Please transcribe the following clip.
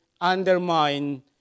undermine